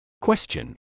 Question